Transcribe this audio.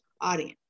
audience